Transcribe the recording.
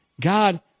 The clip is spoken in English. God